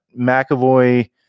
McAvoy